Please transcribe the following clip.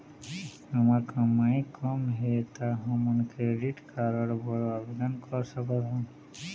हमर कमाई कम हे ता हमन क्रेडिट कारड बर आवेदन कर सकथन?